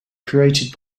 created